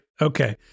Okay